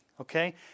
Okay